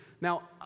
now